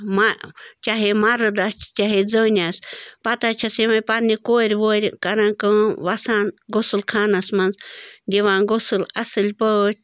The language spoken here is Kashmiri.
مَہ چاہے مَرٕد آسہِ تہِ چاہے زٔنۍ آسہِ پَتہٕ حظ چھَس یِمَے پنٛنہِ کورِ وورِ کَران کٲم وَسان غُسُل خانَس منٛز دِوان غسُل اَصٕل پٲٹھۍ